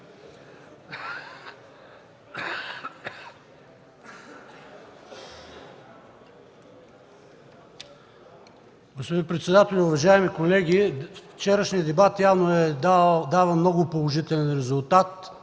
Вчерашният дебат явно е дал много положителен резултат.